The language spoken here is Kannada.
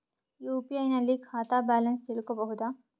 ಯು.ಪಿ.ಐ ನಲ್ಲಿ ಖಾತಾ ಬ್ಯಾಲೆನ್ಸ್ ತಿಳಕೊ ಬಹುದಾ?